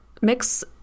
mix